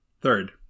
Third